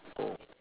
oh